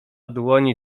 dłoni